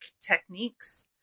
techniques